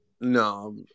No